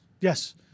Yes